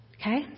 okay